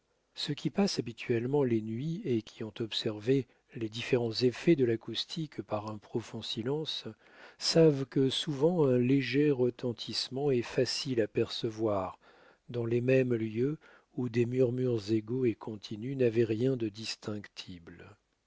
ceux qui passent habituellement les nuits et qui ont observé les différents effets de l'acoustique par un profond silence savent que souvent un léger retentissement est facile à percevoir dans les mêmes lieux où des murmures égaux et continus n'avaient rien de distinctible